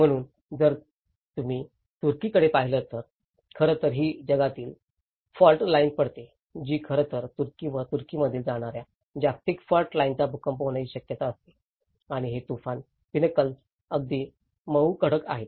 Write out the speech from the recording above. म्हणूनच जर तू तुर्कीकडे पाहिलं तर खरं तर ही जगातील फॉल्ट लाइन पडते जी खरं तर तुर्की व तुर्कीमधून जाणार्या जागतिक फॉल्ट लाइनला भूकंप होण्याची शक्यता असते आणि हे तुफान पिनकल्स अतिशय मऊ खडक आहेत